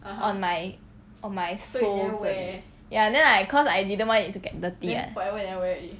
on my on my soles eh ya then I cause I didn't want it to get dirty [what]